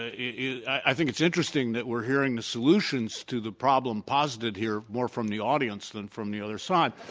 yeah i think it's interesting that we're hearing the solutions to the problem posited here more from the audience than from the other side.